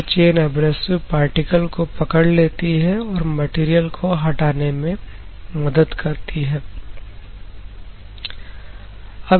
यह chain abrasive particle को पकड़ लेती है और मटेरियल को हटाने में मदद करती है